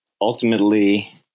ultimately